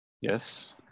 Yes